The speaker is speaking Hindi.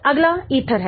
अगला ईथर है